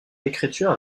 l’écriture